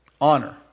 Honor